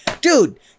Dude